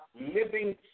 living